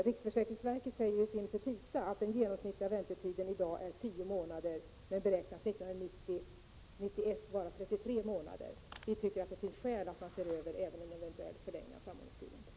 Riksförsäkringsverket säger i sin petita att den genomsnittliga väntetiden i dag är 10 månader, men beräknas 1990—1991 vara 33 månader. Vi tycker att det finns skäl att se över även en eventuell förlängning av samordningstiden.